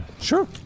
Sure